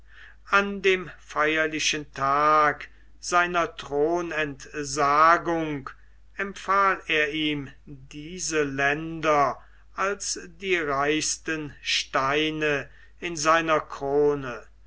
an dem feierlichen tag seiner thronentsagung empfahl er ihm diese länder als die reichsten steine in seiner krone